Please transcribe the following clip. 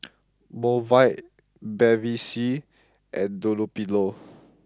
Mobike Bevy C and Dunlopillo